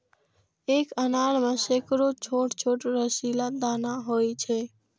एक अनार मे सैकड़ो छोट छोट रसीला दाना होइ छै